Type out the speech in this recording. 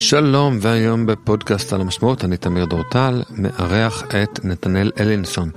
שלום והיום בפודקאסט על המשמעות, אני תמיר דורטל, מארח את נתנל אלינסון.